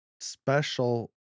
special